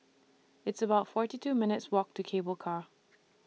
It's about forty two minutes' Walk to Cable Car